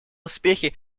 успехи